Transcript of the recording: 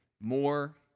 more